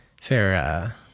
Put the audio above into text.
Fair